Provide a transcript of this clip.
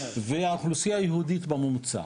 והאוכלוסייה היהודית בממוצע,